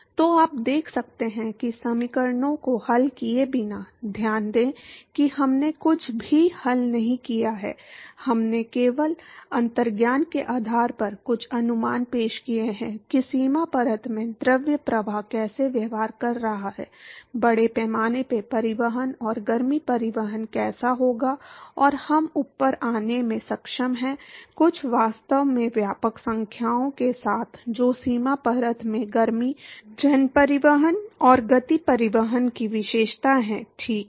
तो आप देख सकते हैं कि समीकरणों को हल किए बिना ध्यान दें कि हमने कुछ भी हल नहीं किया है हमने केवल अंतर्ज्ञान के आधार पर कुछ अनुमान पेश किए हैं कि सीमा परत में द्रव प्रवाह कैसे व्यवहार कर रहा है बड़े पैमाने पर परिवहन और गर्मी परिवहन कैसे होगा और हम ऊपर आने में सक्षम हैं कुछ वास्तव में व्यापक संख्याओं के साथ जो सीमा परत में गर्मी जन परिवहन और गति परिवहन की विशेषता है ठीक है